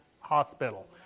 hospital